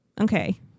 okay